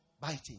biting